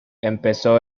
empezó